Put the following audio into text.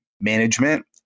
management